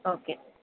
okay